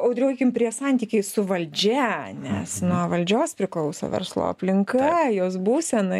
audriau eikim prie santykiai su valdžia nes nuo valdžios priklauso verslo aplinka jos būsena